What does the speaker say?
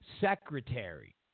secretary